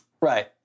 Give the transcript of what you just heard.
Right